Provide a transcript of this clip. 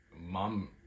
mom